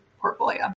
portfolio